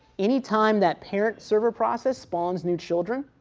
any time that parent server process forms new children,